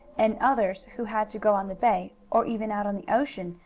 and others who had to go on the bay, or even out on the ocean,